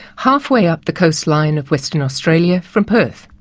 halfway up the coastline of western australia from perth.